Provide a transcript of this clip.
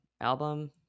album